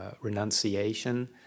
renunciation